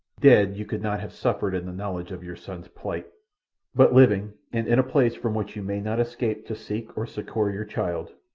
dead, you could not have suffered in the knowledge of your son's plight but living and in a place from which you may not escape to seek or succour your child,